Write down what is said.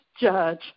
judge